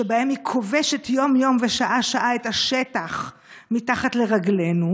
שבהם היא כובשת יום-יום ושעה-שעה את השטח מתחת לרגלינו.